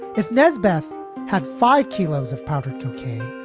if nesbitt's had five kilos of powdered cocaine.